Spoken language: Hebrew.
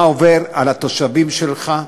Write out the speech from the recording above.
מה עובר על התושבים שלך,